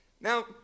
Now